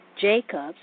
Jacobs